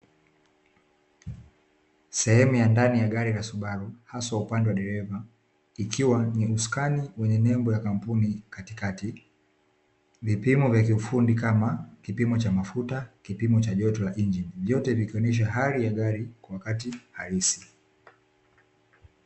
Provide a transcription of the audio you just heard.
Sehemu ya ndani ya gari la subaru haswa upande wa dereva, ikiwa ni usukani wenye nembo ya kampuni katikati, vipimo vya kiufundi kama kipimo cha mafuta, kipimo cha joto la injin vyote vikaonesha hali ya gari kwa wakati halisi.